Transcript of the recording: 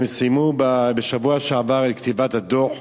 הם סיימו בשבוע שעבר את כתיבת הדוח,